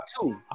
two